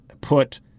put